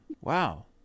Wow